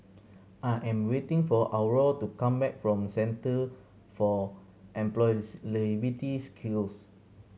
I am waiting for Aurore to come back from Centre for Skills